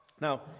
Now